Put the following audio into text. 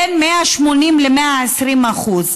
בין 180% ל-120%.